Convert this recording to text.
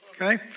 Okay